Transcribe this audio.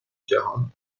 جهان